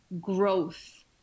growth